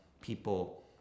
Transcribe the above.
people